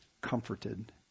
comforted